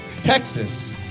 Texas